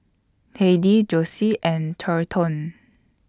Heidy Josie and Thornton